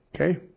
Okay